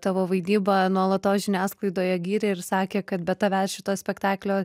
tavo vaidyba nuolatos žiniasklaidoje gyrė ir sakė kad be tavęs šito spektaklio